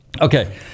Okay